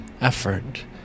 effort